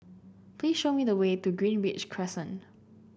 please show me the way to Greenridge Crescent